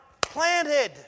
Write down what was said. planted